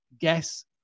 guess